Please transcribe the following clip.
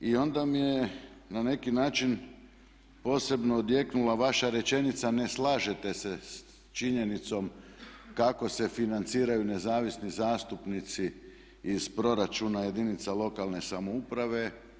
I onda mi je na neki način posebno odjeknula vaša rečenica ne slažete se sa činjenicom kako se financiraju nezavisni zastupnici iz proračuna jedinica lokalne samouprave.